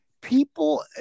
People